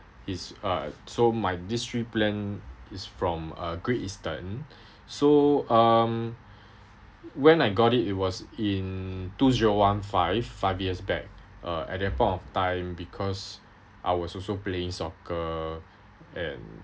it's uh so my these three plan is from uh Great Eastern so um when I got it it was in two zero one five five years back uh at that point of time because I was also playing soccer and